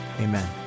amen